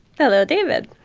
hello, david.